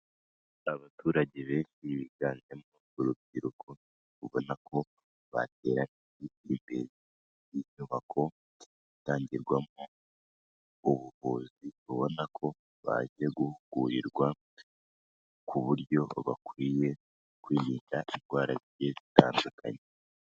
Abaturage benshi biganjemo urubyiruko ubona ko batera imbere y'inyubako itangirwamo ubuvuzi, kubona ko bagiye guhugurirwa ku buryo bakwiye kuyirinda indwara zitandukanye.